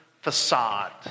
facade